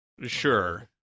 Sure